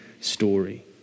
story